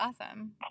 awesome